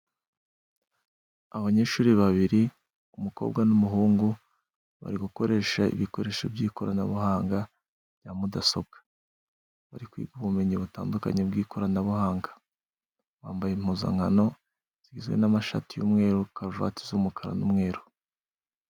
Abanyeshuri babiri umukobwa n'umuhungu bari gukoresha ibikoresho by'ikoranabuhanga rya Mudasobwa. Bari kwiga ubumenyi butandukanye bw'ikoranabuhanga. bambaye impuzankano zigizwe n'amashati y'umweru, karuvati z'umukara n'umweru.